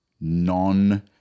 non